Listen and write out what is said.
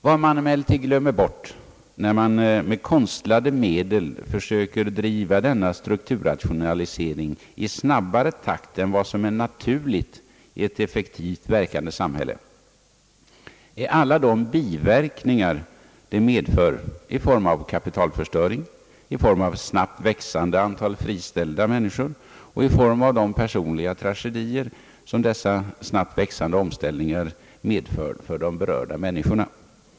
Vad man emellertid glömmer bort, när man med konstlade medel försöker driva denna strukturrationalisering i snabbare takt än som är naturligt i ett effektivt verkande samhälle, är alla de biverkningar det medför i form av kapitalförstöring, i form av ett snabbt växande antal friställda människor och i form av de personliga tragedier som dessa snabbt växande omställningar medför för de berörda människorna.